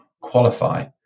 qualify